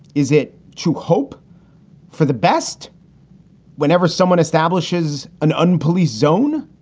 is it true hope for the best whenever someone establishes an unpoliced zone?